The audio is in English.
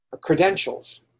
credentials